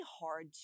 hard